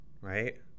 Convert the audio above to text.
right